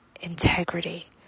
integrity